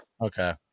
Okay